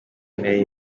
nari